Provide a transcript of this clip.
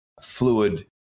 fluid